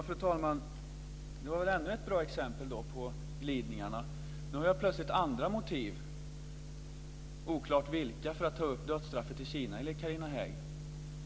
Fru talman! Detta var ännu ett bra exempel på glidningar. Enligt Carina Hägg har jag nu plötsligt andra motiv, oklart vilka, för att ta upp dödsstraffet i Kina.